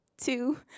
Two